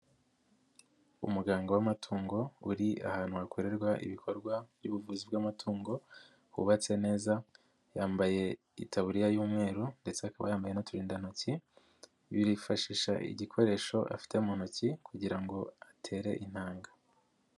Umuganga w'amatungo uri ahantu hakorerwa ibikorwa by'ubuvuzi bw'amatungo hubatse neza, yambaye itaburiya y'umweru ndetse akaba yambaye n'uturindantoki, bifashisha igikoresho afite mu ntoki kugira ngo atere intanga.